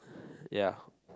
ya